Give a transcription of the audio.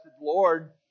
Lord